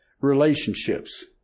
relationships